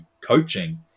coaching